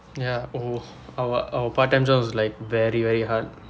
ya oh our our part time job is like very very hard